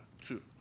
two